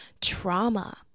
trauma